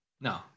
No